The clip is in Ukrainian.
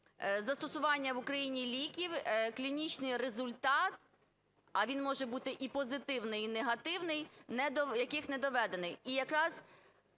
застосування в Україні ліків, клінічний результат, а він може бути і позитивний, і негативний, яких не доведений.